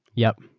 yup.